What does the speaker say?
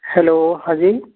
hello हाँ जी